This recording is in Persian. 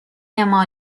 اِما